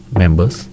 members